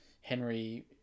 Henry